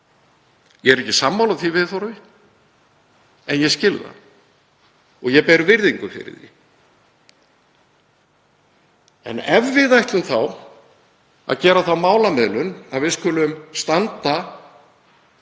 Ég er ekki sammála því viðhorfi en ég skil það og ég ber virðingu fyrir því. En ef við ætlum að gera þá málamiðlun að við skulum standa